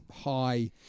high